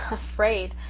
afraid!